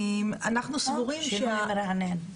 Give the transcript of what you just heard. שינוי מרענן.